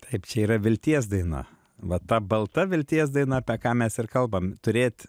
taip čia yra vilties daina va ta balta vilties daina apie ką mes ir kalbam turėt